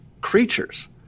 creatures